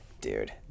Dude